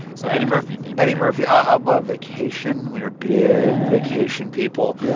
so eddie murphy-themed eddie murphy. i love vacation. we were big vacation people.